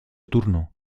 turno